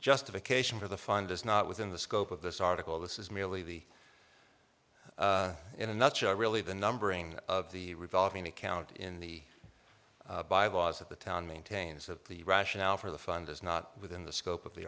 justification for the fund is not within the scope of this article this is merely the in a nutshell really the numbering of the revolving account in the bible was at the town maintains that the rationale for the fund is not within the scope of the